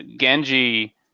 Genji